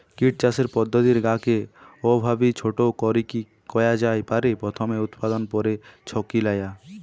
kit চাষের পদ্ধতির গা কে অউভাবি ছোট করিকি কয়া জাই পারে, প্রথমে উতপাদন, পরে ছাকি লয়া